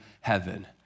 heaven